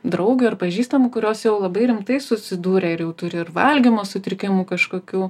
draugių ar pažįstamų kurios jau labai rimtai susidūrė ir jau turi ir valgymo sutrikimų kažkokių